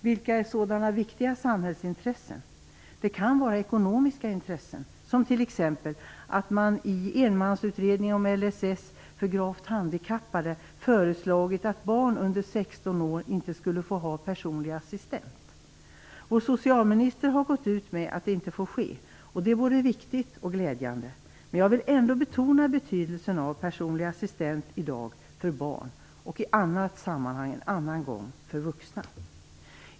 Vilka är sådana viktiga samhällsintressen? Det kan vara ekonomiska intressen, som t.ex. att man i enmansutredningen om LSS för gravt handikappade föreslagit att barn under 16 år inte skulle få ha personlig assistent. Vår socialminister har gått ut och sagt att det inte får ske, och det är både viktigt och glädjande. Men jag vill ändå betona betydelsen av personlig assistent för barn i dag, och i annat sammanhang, en annan gång, för vuxna.